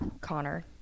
Connor